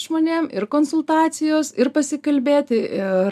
žmonėm ir konsultacijos ir pasikalbėti ir